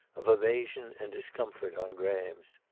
of evasion and discomfort on graham's.